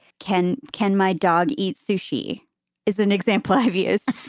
can can my dog eat sushi is an example i've used